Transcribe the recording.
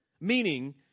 Meaning